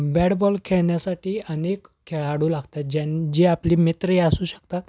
bat ball खेळण्यासाठी अनेक खेळाडू लागतात ज्यां जे आपले मित्रही असू शकतात